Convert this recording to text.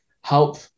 help